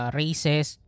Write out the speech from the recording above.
races